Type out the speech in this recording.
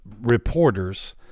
reporters